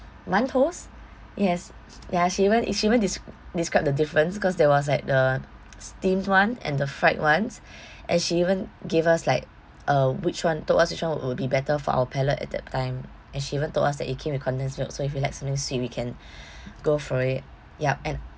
馒头 yes ya she even she even des~ describe the difference cause there was like the steam one and the fried ones and she even gave us like uh which one told us which one wo~ would be better for our palate at that time and she even told us that it came with condensed milk so if we like something sweet we can go for it yup and